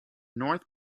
north